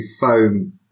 foam